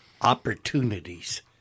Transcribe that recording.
opportunities